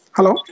Hello